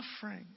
suffering